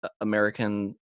American